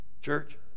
Church